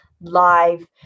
live